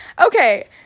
okay